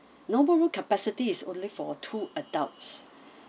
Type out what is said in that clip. normal room capacity is only for two adults